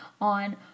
on